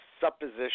supposition